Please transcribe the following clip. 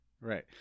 Right